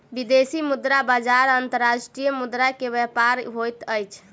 विदेशी मुद्रा बजार अंतर्राष्ट्रीय मुद्रा के व्यापार होइत अछि